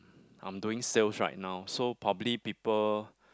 I'm doing sales right now so probably people